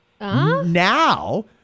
Now